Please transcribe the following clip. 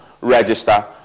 register